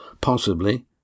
Possibly